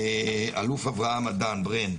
אלוף אברהם אדן, ברן,